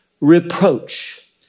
reproach